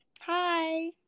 hi